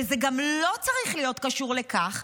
וזה גם לא צריך להיות קשור לכך,